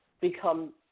become